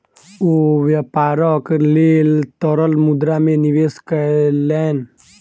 ओ व्यापारक लेल तरल मुद्रा में निवेश कयलैन